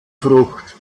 frucht